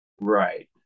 Right